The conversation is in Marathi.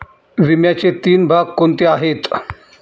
विम्याचे तीन भाग कोणते आहेत?